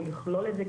או לכלול את זה,